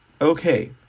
Okay